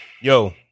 Yo